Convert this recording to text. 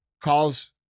calls